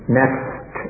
next